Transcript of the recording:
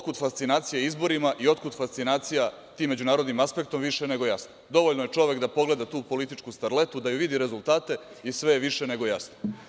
Otkud fascinacija izborima i otkud fascinacijama tim međunarodnim aspektom više nego jasno, dovoljno je da čovek pogleda tu političku starletu, da joj vidi rezultate i sve je više nego jasno.